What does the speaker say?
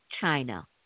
China